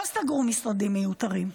לא סגרו משרדים מיותרים,